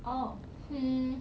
oh hmm